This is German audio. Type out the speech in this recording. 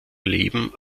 leben